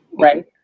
Right